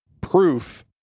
proof